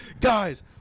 Guys